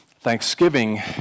thanksgiving